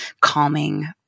calming